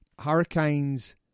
Hurricanes